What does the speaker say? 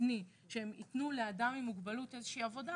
עבודה לאדם עם מוגבלות מתוך אמירה,